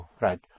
Right